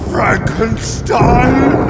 Frankenstein